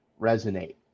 resonate